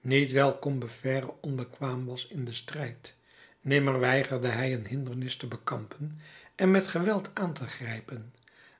niet wijl combeferre onbekwaam was in den strijd nimmer weigerde hij een hindernis te bekampen en met geweld aan te grijpen